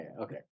okay